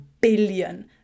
billion